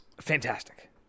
fantastic